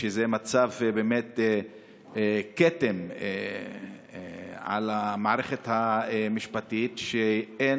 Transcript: שזה מצב של כתם על המערכת המשפטית שאין